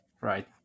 Right